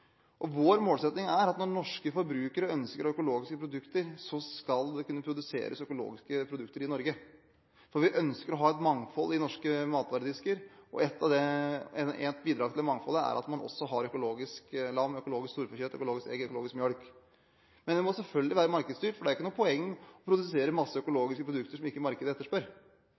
Vår målsetting er at når norske forbrukere ønsker økologiske produkter, skal det kunne produseres økologiske produkter i Norge. For vi ønsker å ha et mangfold i norske matvaredisker. Et bidrag til det mangfoldet er at man også har økologisk lammekjøtt, økologisk storfekjøtt, økologiske egg og økologisk melk. Men det må selvfølgelig være markedsstyrt. Det er jo ikke noe poeng i å produsere masse økologiske produkter, som markedet ikke etterspør.